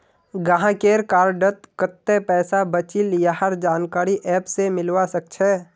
गाहकेर कार्डत कत्ते पैसा बचिल यहार जानकारी ऐप स मिलवा सखछे